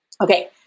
Okay